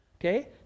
okay